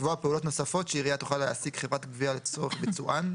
לקבוע פעולות נוספות שעירייה תוכל להעסיק חברת גבייה לצורך ביצוען,